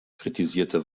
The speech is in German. kritisierte